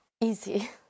easy